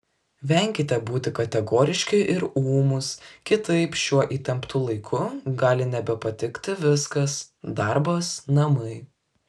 venkite būti kategoriški ir ūmūs kitaip šiuo įtemptu laiku gali nebepatikti viskas darbas namai